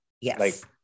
Yes